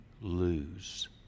lose